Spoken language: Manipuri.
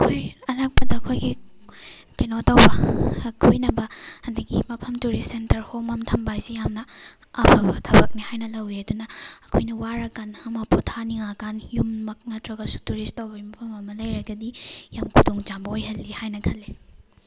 ꯑꯩꯈꯣꯏ ꯑꯅꯛꯄꯗ ꯑꯩꯈꯣꯏꯒꯤ ꯀꯩꯅꯣ ꯇꯧꯕ ꯀꯣꯏꯅꯕ ꯑꯗꯒꯤ ꯃꯐꯝ ꯇꯨꯔꯤꯁ ꯁꯦꯟꯇꯔ ꯍꯣꯝ ꯑꯃ ꯊꯝꯕ ꯍꯥꯏꯕꯁꯤ ꯌꯥꯝꯅ ꯑꯐꯕ ꯊꯕꯛꯅꯤ ꯍꯥꯏꯅ ꯂꯧꯋꯤ ꯑꯗꯨꯅ ꯑꯩꯈꯣꯏꯅ ꯋꯥꯔꯀꯥꯟ ꯄꯣꯊꯥꯅꯤꯡꯉꯛꯑꯀꯥꯟ ꯌꯨꯝꯃꯛ ꯅꯠꯇ꯭ꯔꯒꯁꯨ ꯇꯨꯔꯤꯁ ꯇꯧꯕꯩꯒꯤ ꯃꯐꯝ ꯑꯃ ꯂꯩꯔꯒꯗꯤ ꯌꯥꯝ ꯈꯨꯗꯣꯡꯆꯥꯕ ꯑꯣꯏꯍꯜꯂꯤ ꯍꯥꯏꯅ ꯈꯜꯂꯤ